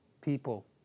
people